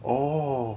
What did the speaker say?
orh